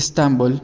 Istanbul